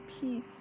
peace